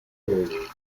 periods